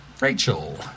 Rachel